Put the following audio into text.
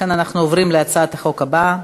אנחנו עוברים להצעת החוק הבאה: